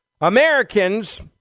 Americans